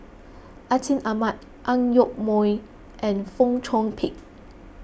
Atin Amat Ang Yoke Mooi and Fong Chong Pik